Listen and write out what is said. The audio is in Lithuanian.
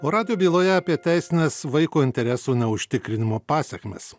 o radijo byloje apie teisines vaiko interesų neužtikrinimo pasekmes